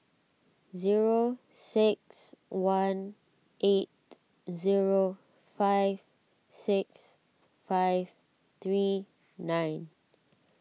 zero six one eight zero five six five three nine